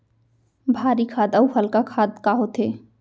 भारी खाद अऊ हल्का खाद का होथे?